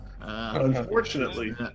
Unfortunately